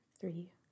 three